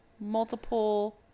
multiple